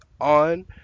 on